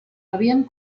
havien